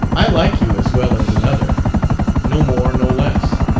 i like you as well as another no more, no less.